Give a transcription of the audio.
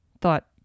thought